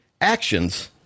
actions